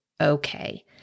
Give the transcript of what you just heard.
okay